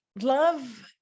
love